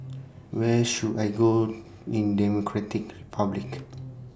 Where should I Go in Democratic Republic